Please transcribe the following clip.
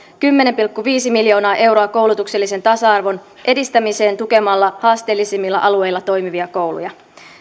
kymmenen pilkku viisi miljoonaa euroa koulutuksellisen tasa arvon edistämiseen tukemalla haasteellisemmilla alueilla toimivia kouluja